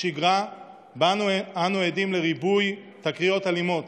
שגרה שבה אנו עדים לריבוי תקריות אלימות